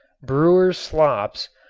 brewer's slops,